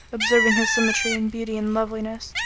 observing his symmetry and beauty and loveliness,